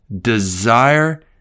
desire